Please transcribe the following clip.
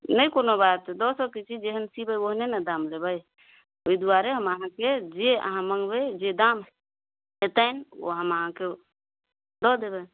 नहि कोनो बात दऽ सकैत छी जेहन सीबै ओहने ने दाम लेबै ओहि दुआरे हम अहाँके जे अहाँ मँगबै जे दाम हेतनि ओ हम अहाँके दऽ देबै